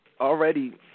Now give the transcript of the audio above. already